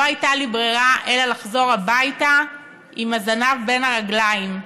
לא הייתה לי ברירה אלא לחזור הביתה עם הזנב בין הרגליים,